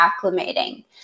acclimating